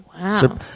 Wow